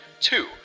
Two